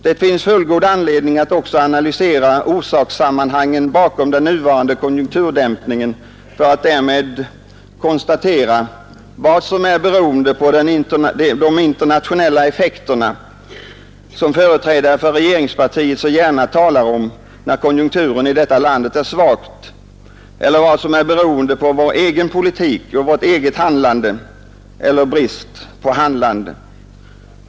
Det finns fullgod anledning att också analysera orsakssammanhangen bakom den nuvarande konjunkturdämpningen för att därmed konstatera vad som är beroende av de internationella effekterna, som företrädare för regeringspartiet så gärna talar om när konjunkturen i vårt land är svag, eller vad som är beroende av vår egen politik, vårt handlande eller vår brist på handlande.